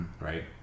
right